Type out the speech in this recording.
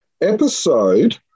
episode